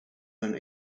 earn